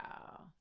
wow